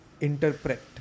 Interpret